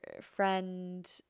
friend